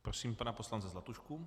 Prosím pana poslance Zlatušku.